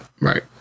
Right